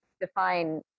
define